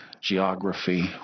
geography